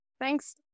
Thanks